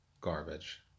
garbage